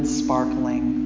sparkling